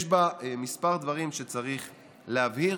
יש בה כמה דברים שצריך להבהיר